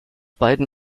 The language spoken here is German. beiden